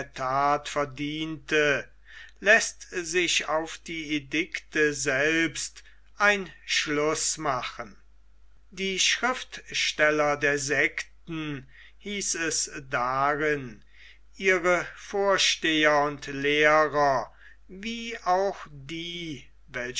that verdiente läßt sich auf die edikte selbst ein schluß machen die schriftsteller der sekten hieß es darin ihre vorsteher und lehrer wie auch die welche